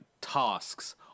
tasks